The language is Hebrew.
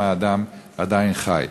שמא האדם עדיין חי.